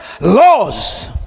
laws